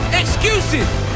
excuses